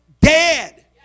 dead